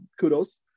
kudos